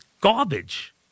garbage